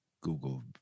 Google